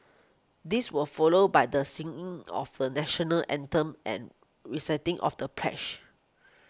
this was followed by the singing of the National Anthem and reciting of the pledge